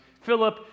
Philip